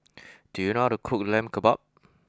do you know how to cook Lamb Kebab